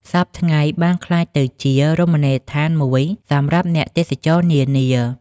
សព្វថ្ងៃ បានក្លាយទៅជារមណីយដ្ឋានមួយសម្រាប់អ្នកទេសចរនានា